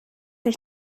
ich